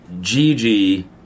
Gigi